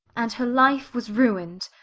and her life was ruined,